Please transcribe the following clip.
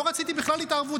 לא רציתי בכלל התערבות.